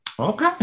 okay